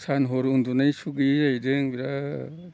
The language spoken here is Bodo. सान हर उन्दुनाय सुग गैयि जाहैदों बिराद